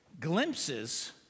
glimpses